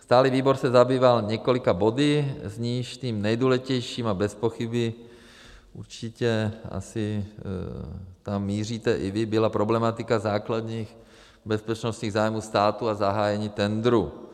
Stálý výbor se zabýval několika body, z nichž tím nejdůležitějším a bezpochyby určitě asi tam míříte i vy byla problematika základních bezpečnostních zájmů státu a zahájení tendru.